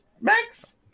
Max